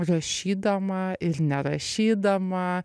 rašydama ir nerašydama